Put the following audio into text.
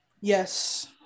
Yes